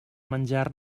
menjar